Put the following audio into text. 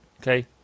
Okay